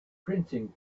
printing